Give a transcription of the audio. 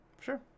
sure